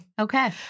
Okay